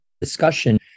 discussion